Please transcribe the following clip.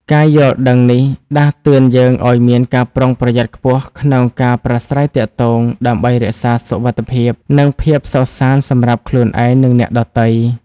ការយល់ដឹងនេះដាស់តឿនយើងឲ្យមានការប្រុងប្រយ័ត្នខ្ពស់ក្នុងការប្រាស្រ័យទាក់ទង ដើម្បីរក្សាសុវត្ថិភាព និងភាពសុខសាន្តសម្រាប់ខ្លួនឯង និងអ្នកដទៃ។